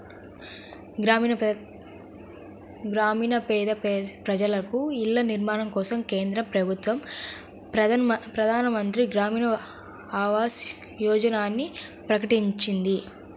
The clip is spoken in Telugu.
గ్రామీణ పేద ప్రజలకు ఇళ్ల నిర్మాణం కోసం కేంద్ర ప్రభుత్వం ప్రధాన్ మంత్రి గ్రామీన్ ఆవాస్ యోజనని ప్రకటించింది